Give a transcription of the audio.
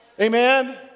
Amen